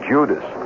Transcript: Judas